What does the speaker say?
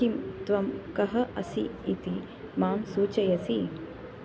किं त्वं कः असि इति मां सूचयसि